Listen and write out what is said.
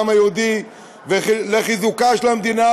לעם היהודי ולחיזוקה של המדינה,